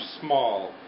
small